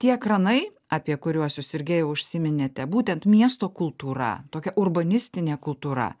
tie kranai apie kuriuos jūs sergėjau užsiminėte būtent miesto kultūra tokia urbanistinė kultūra